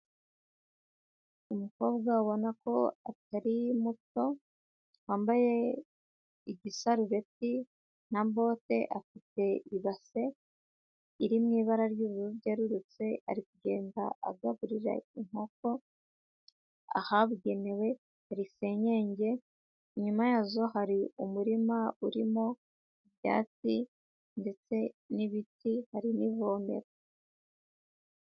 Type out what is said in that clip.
Umukobwa ubona atari muto wambaye igisarubeti na bote, afite ibase iri mu ibara ry'ubururu bwerurutse, ari kugenda agaburira inkoko ahabugenewe, hari senyenge, inyuma yazo hari umurima urimo ibyatsi ndetse n'ibiti hari n'ivomero.